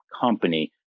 company